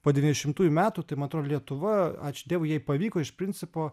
po devyniasdešimtųjų metų tai man atrodo lietuva ačiū dievui jai pavyko iš principo